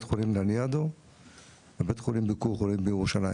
חולים לניאדו ובית חולים ביקור חולים בירושלים